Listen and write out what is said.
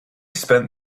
spent